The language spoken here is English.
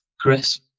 Chris